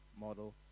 model